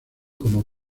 como